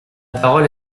parole